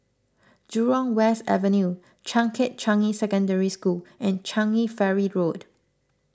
Jurong West Avenue Changkat Changi Secondary School and Changi Ferry Road